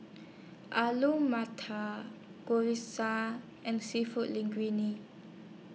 Alu Matar Gyoza and Seafood Linguine